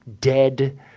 dead